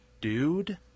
Dude